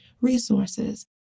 resources